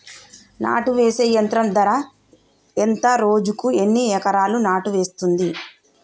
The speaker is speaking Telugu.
నాటు వేసే యంత్రం ధర ఎంత రోజుకి ఎన్ని ఎకరాలు నాటు వేస్తుంది?